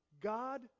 God